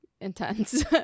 intense